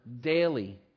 daily